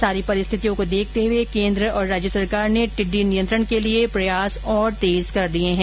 सारी परिस्थितियों को देखते हुए केन्द्र और राज्य सरकार ने टिड्डी नियंत्रण के लिए प्रयास तेज कर दिए है